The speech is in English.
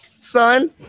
son